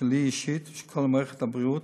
שלי אישית ושל כל מערכת הבריאות,